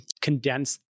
condense